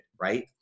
right